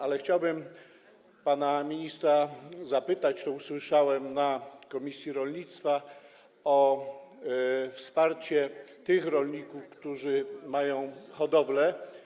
Ale chciałbym pana ministra zapytać - to usłyszałem na posiedzeniu komisji rolnictwa - o wsparcie tych rolników, którzy mają hodowle.